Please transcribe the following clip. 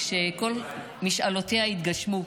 שכל משאלותיה יתגשמו.